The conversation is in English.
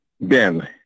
Ben